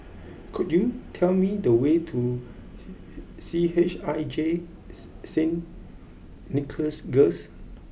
could you tell me the way to C H I J Saint Nicholas Girls